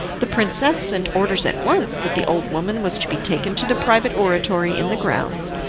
the princess sent orders at once that the old woman was to be taken to the private oratory in the grounds,